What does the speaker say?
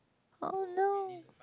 oh no